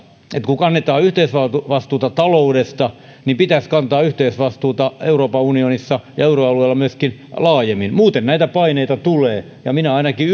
että kun kannetaan yhteisvastuuta taloudesta niin pitäisi kantaa yhteisvastuuta euroopan unionissa ja euroalueella myöskin laajemmin muuten näitä paineita tulee ja minä ainakin